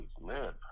live